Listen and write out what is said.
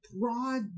broad